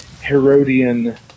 Herodian